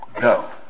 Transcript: Go